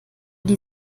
die